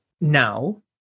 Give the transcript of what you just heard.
now